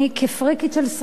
כפריקית של סרטים,